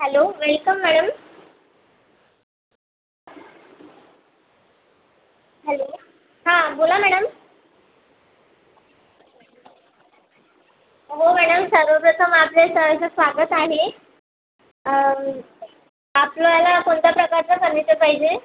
hello welcome madam hello हा बोला madam हो मॅडम सर्वप्रथम आपले सहर्ष स्वागत आहे आपल्याला कोणत्या प्रकारचं फर्निचर पाहिजे